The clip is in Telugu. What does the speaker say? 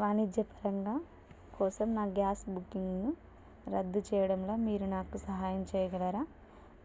వాణిజ్యపరంగా కోసం నా గ్యాస్ బుకింగ్ను రద్దు చేయడంలో మీరు నాకు సహాయం చేయగలరా